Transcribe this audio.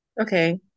Okay